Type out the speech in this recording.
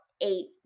eight